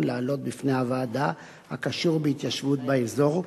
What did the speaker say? להעלות בפני הוועדה הקשור בהתיישבות באזור.